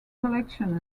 collection